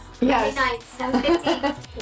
Yes